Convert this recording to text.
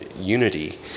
unity